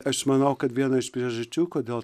aš manau kad viena iš priežasčių kodėl